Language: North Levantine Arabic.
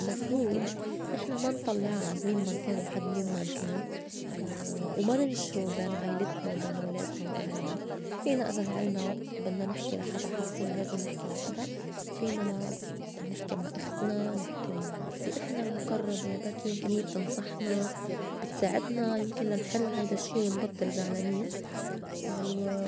المفروض نحن ما نطلّعا عند مين من كان وحد مين من كان وما ننُشرو بين عيلتنا وبين ولادنا وأهلنا. فينا إذا زعلنا وبدنا نحكي لا حدا حاسّينو لازم نحكي لا حدا. فينا نحكي مع اختنا، نحكي مع رفيئتنا المُقربة بركي يمكن هيّ بتنصحنا بتساعدنا يمكن لا نحل هيدا الشّي ونبطّل زعلانين، و